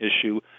issue